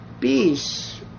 peace